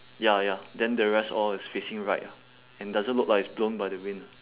ya ya then the rest all is facing right ah and doesn't look like it's blown by the wind